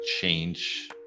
change